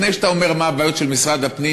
לפני שאתה אומר מה הבעיות של משרד הפנים